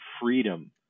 freedom